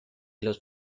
los